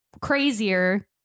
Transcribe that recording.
crazier